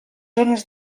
zones